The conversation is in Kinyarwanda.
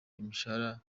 imishahara